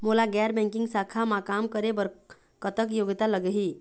मोला गैर बैंकिंग शाखा मा काम करे बर कतक योग्यता लगही?